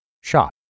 SHOP